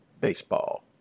Baseball